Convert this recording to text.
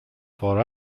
for